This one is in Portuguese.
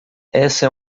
essa